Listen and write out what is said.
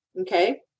Okay